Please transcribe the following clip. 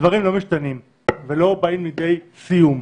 הדברים לא משתנים ולא באים לידי סיום.